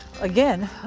again